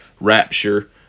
rapture